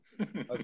Okay